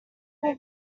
will